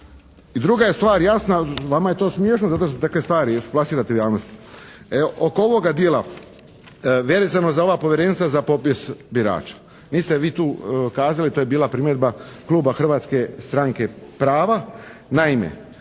I druga je stvar jasna, vama je to smiješno zato što takve stvari plasirate u javnost. Oko ovoga dijela vezano za ova Povjerenstva za popis birača. Niste vi tu kazali, to je bila primjedba kluba Hrvatske stranke prava. Naime,